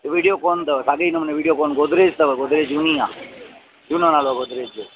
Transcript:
वीडियोकॉन तव खाली उनमें वीडियोकॉन में गोदरेज अथव गोदरेज झूनी आहे झूना नालो आहे गोदरेज जो